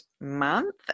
month